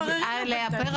תבררי לו בינתיים.